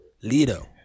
Lido